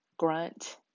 grunt